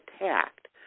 attacked